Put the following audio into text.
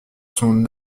son